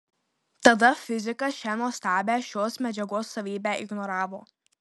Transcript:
tada fizikas šią nuostabią šios medžiagos savybę ignoravo